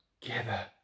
together